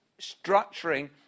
structuring